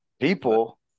people